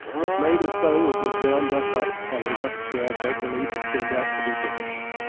it made as though it would round us up. however to our great relief it turned out to be british.